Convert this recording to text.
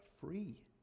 free